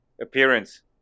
appearance